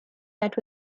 that